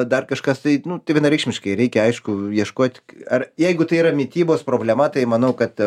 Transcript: dar kažkas tai nu tai vienareikšmiškai reikia aišku ieškot ar jeigu tai yra mitybos problema tai manau kad